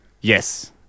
Yes